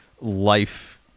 life